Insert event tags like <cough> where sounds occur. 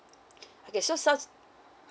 <breath> okay such